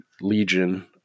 Legion